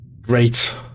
Great